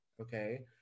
okay